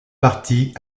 partie